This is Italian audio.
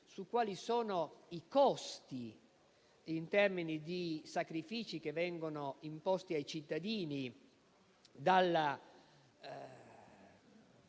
su quali siano i costi, in termini di sacrifici, che vengono imposti ai cittadini dalla